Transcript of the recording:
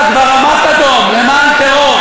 לזכרך, אה, כבר עמדת דום למען טרור.